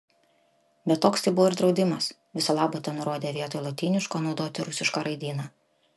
bet toks tai buvo ir draudimas viso labo tenurodė vietoj lotyniško naudoti rusišką raidyną